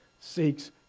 seeks